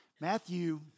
Matthew